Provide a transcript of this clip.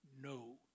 no